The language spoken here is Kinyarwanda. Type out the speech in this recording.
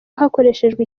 hakoreshejwe